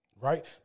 Right